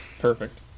Perfect